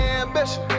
ambition